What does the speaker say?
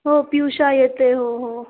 हो पियुषा येते हो हो